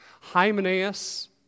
Hymenaeus